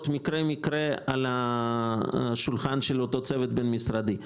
על השולחן של אותו צוות בין משרדי.